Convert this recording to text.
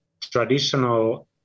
traditional